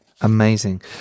amazing